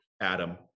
adam